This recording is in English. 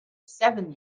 seven